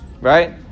right